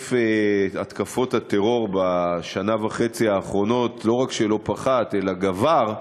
היקף התקפות הטרור בשנה וחצי האחרונות לא רק שלא פחת אלא גבר,